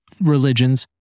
religions